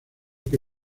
que